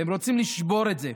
והם רוצים לשבור את זה.